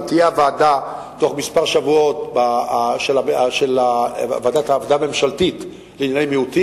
גם תהיה בתוך כמה שבועות הוועדה הממשלתית לענייני מיעוטים,